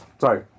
Sorry